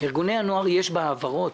יש בהעברות,